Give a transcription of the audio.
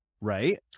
right